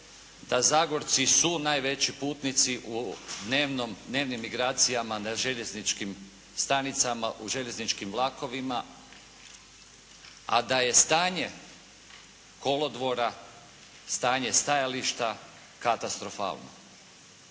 da Zagorci su najveći putnici u dnevnim migracijama na željezničkim stanicama, u željezničkim vlakovima, a da je stanje kolodvora, stanje stajališta katastrofalno.